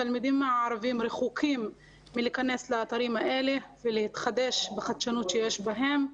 התלמידים הערבים רחוקים מלהיכנס לאתרים האלה ולהתחדש בחדשנות שיש בהם.